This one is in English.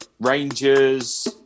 Rangers